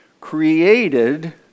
created